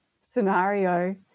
scenario